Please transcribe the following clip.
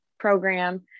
Program